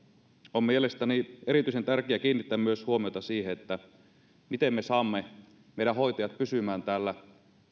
on mielestäni erityisen tärkeää kiinnittää huomiota myös siihen miten me saamme meidän hoitajat pysymään täällä